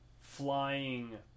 flying